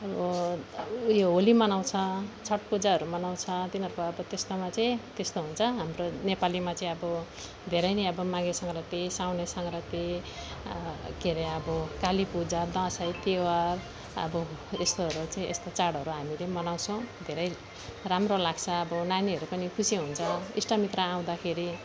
अब ऊ यो होली मनाउँछ छठ पूजाहरू तिनीहरूकोमा अब त्यस्तोमा चाहिँ त्यस्तो हुन्छ हाम्रो नेपालीमा चाहिँ अब धेरै नै अब माघे सङ्क्रान्ति साउने सङ्क्रान्ति के अरे अब काली पूजा दसैँ तिहार अब यस्तोहरू चाहिँ यस्तो चाडहरू हामीले मनाउँछौँ धेरै राम्रो लाग्छ अब नानीहरू पनि खुसी हुन्छ इष्टमित्र आउँदाखेरि